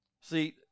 See